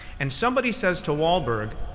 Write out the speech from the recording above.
and somebody says to wahlberg,